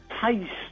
taste